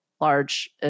large